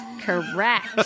Correct